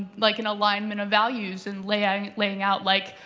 like, an alignment of values, and laying laying out, like,